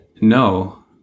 no